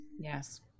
Yes